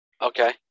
Okay